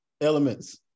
elements